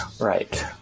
Right